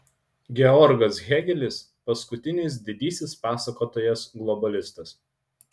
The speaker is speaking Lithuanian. georgas hėgelis paskutinis didysis pasakotojas globalistas